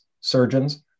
surgeons